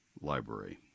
library